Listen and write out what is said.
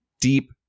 deep